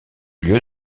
lieu